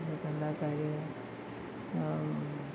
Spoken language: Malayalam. നമുക്കെല്ലാ കാര്യവും